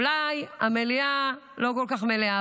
אולי המליאה לא כל כך מלאה,